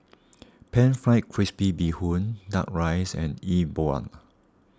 Pan Fried Crispy Bee Hoon Duck Rice and E Bua